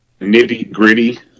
nitty-gritty